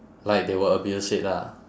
like they will abuse it lah